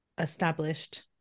established